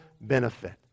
benefit